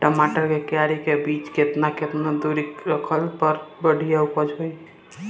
टमाटर के क्यारी के बीच मे केतना केतना दूरी रखला पर बढ़िया उपज होई?